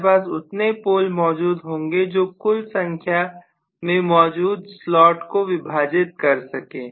हमारे पास उतने पोल मौजूद होंगे जो कुल संख्या में मौजूद स्लॉट को विभाजित कर सकें